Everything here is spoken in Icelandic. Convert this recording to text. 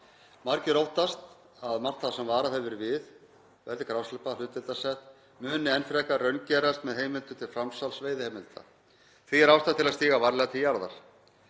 Margir óttast að margt það sem varað hefur verið við verði grásleppa hlutdeildarsett muni enn frekar raungerast með heimildum til framsals veiðiheimilda. Því er ástæða til að stíga varlega til jarðar.